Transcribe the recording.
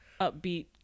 upbeat